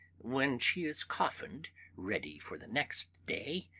when she is coffined ready for the next day,